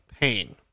pain